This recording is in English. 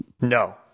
No